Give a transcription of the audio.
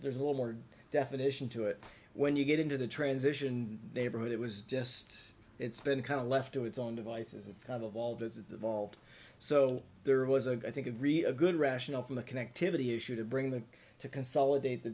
there's a little more definition to it when you get into the transition neighborhood it was just it's been kind of left to its own devices it's kind of all the vault so there was a i think of a good rationale for the connectivity issue to bring the to consolidate the